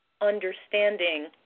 understanding